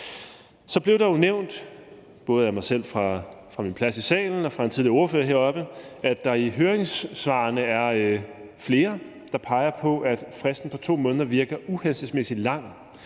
Så blev der jo nævnt, både af mig selv fra min plads i salen og fra en tidligere ordfører heroppe, at der i høringssvarene er flere, der peger på, at fristen på 2 måneder virker uhensigtsmæssigt lang.